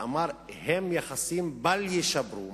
ואמר: הם יחסים בל-יישברו.